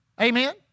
Amen